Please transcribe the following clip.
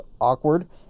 awkward